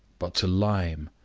but to lime.